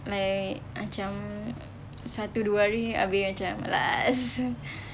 like macam satu dua hari abeh macam last